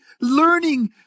Learning